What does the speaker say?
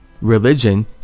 religion